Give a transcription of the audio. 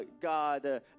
God